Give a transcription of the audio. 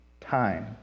Time